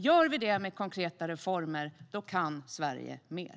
Gör vi detta med konkreta reformer kan Sverige mer.